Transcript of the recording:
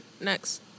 Next